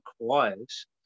requires